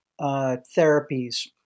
therapies